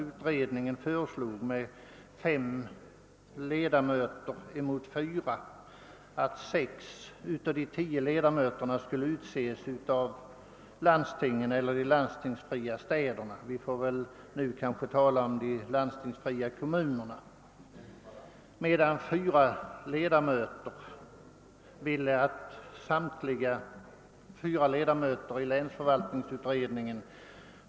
Utredningen föreslog med fem röster mot fyra att sex av de tio skulle utses av landstingen eller de landstingsfria städerna; vi får väl nu tala om de landstingsfria kommunerna. Minoriteten hävdade.